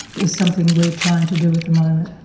is something we're trying to do at the moment.